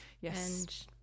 yes